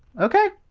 okay!